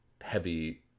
heavy